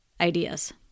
ideas